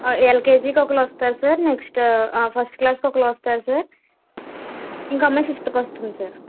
ఎల్కేజీకి ఒకరొస్తారు sir next ఆ first క్లాస్కి ఒకరొస్తారు సార్ ఇంకో అమ్మాయి ఫిఫ్త్ కు వస్తుంది సార్